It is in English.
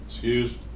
Excuse